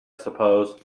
suppose